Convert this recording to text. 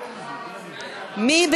ציפי לבני, שלי